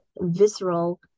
visceral